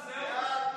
הוועדה,